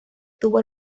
tuvo